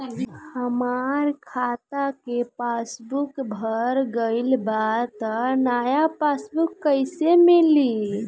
हमार खाता के पासबूक भर गएल बा त नया पासबूक कइसे मिली?